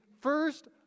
first